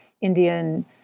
Indian